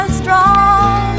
strong